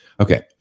Okay